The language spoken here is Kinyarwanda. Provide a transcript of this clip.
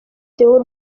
deol